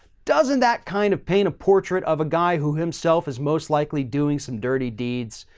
doesn't that kind of paint a portrait of a guy who himself is most likely doing some dirty deeds?